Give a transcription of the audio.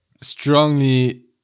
strongly